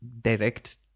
direct